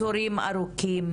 תורים ארוכים